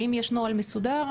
האם יש נוהל מסודר?